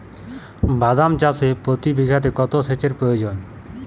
বাদাম চাষে প্রতি বিঘাতে কত সেচের প্রয়োজন?